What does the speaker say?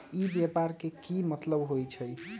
ई व्यापार के की मतलब होई छई?